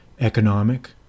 economic